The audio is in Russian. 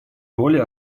роли